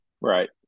Right